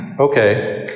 Okay